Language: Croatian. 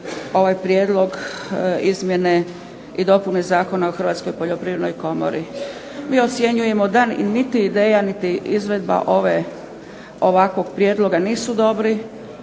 ovaj prijedlog izmjene i dopune Zakona o Hrvatskoj poljoprivrednoj komori. Mi ocjenjujemo da niti ideja, niti izvedba ove, ovakvog prijedloga nisu dobri,